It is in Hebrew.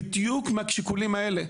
בדיוק מהשיקולים האלה,